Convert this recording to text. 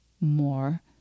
more